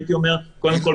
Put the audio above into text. קודם כל,